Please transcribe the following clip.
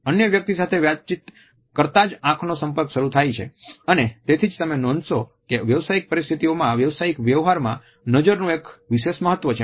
અન્ય વ્યક્તિ સાથે વાતચીત કરતા જ આંખનો સંપર્ક શરૂ થાય છે અને તેથી જ તમે નોંધશો કે વ્યવસાયિક પરિસ્થિતિઓમાં વ્યવસાયિક વ્યવહારમાં નજરનું એક વિશેષ મહત્વ છે